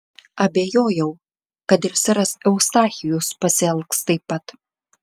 abejojau kad ir seras eustachijus pasielgs taip pat